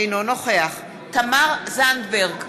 אינו נוכח תמר זנדברג,